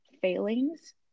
failings